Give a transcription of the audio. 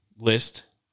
list